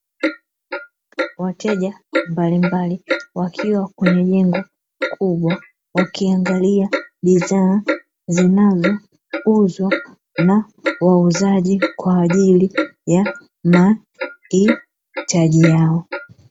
Wateja mbalimbali wakiwa kwenye jengo kubwa wakiangalia bidhaa zinazouzwa na wauzaji kwaajili ya mahitaji yao.